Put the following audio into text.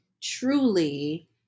truly